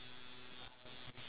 because